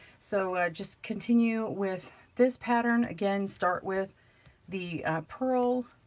so just continue with this pattern. again, start with the purl.